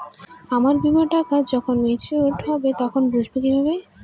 আমার বীমার টাকা যখন মেচিওড হবে তখন বুঝবো কিভাবে?